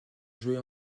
jouer